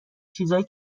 چیزای